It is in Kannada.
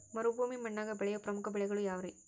ಮರುಭೂಮಿ ಮಣ್ಣಾಗ ಬೆಳೆಯೋ ಪ್ರಮುಖ ಬೆಳೆಗಳು ಯಾವ್ರೇ?